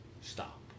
stop